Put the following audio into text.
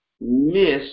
miss